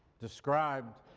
described